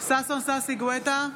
ששון ששי גואטה,